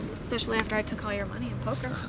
especially after i took all your money in poker.